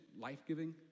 life-giving